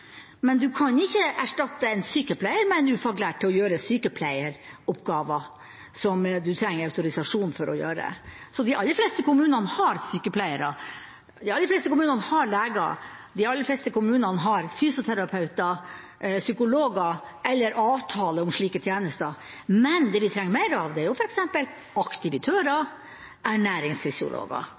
men man kan ikke erstatte en sykepleier med en ufaglært som skal gjøre sykepleieroppgaver man trenger autorisasjon for å gjøre. De aller fleste kommunene har sykepleiere. De aller fleste kommunene har leger. De aller fleste kommunene har fysioterapeuter, psykologer eller avtale om slike tjenester. Det vi trenger mer av, er f.eks. aktivitører